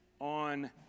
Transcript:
on